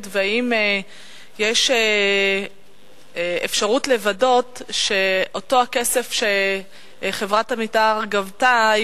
והאם יש אפשרות לוודא שאותו הכסף שחברת "עמידר" גבתה,